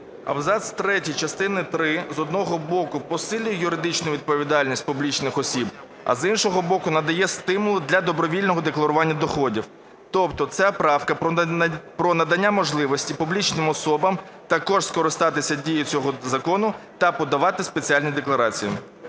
Абзац третій частини три, з одного боку, посилює юридичну відповідальність публічних осіб, а з іншого боку, надає стимул для добровільного декларування доходів. Тобто ця правка про надання можливості публічним особам також скористатися дією цього закону та подавати спеціальні декларації.